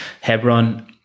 Hebron